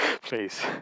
Please